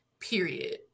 period